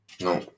No